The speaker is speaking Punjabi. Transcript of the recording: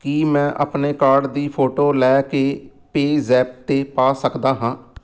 ਕੀ ਮੈਂ ਆਪਣੇ ਕਾਰਡ ਦੀ ਫੋਟੋ ਲੈ ਕੇ ਪੇਅਜ਼ੈਪ 'ਤੇ ਪਾ ਸਕਦਾ ਹਾਂ